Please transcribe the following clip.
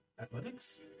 Athletics